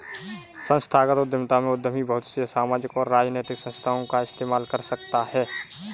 संस्थागत उद्यमिता में उद्यमी बहुत से सामाजिक और राजनैतिक संस्थाओं का इस्तेमाल कर सकता है